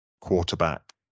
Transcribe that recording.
Quarterback